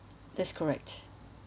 that's correct